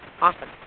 often